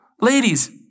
Ladies